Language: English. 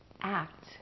act